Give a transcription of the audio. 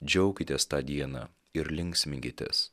džiaukitės tą dieną ir linksminkitės